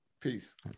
peace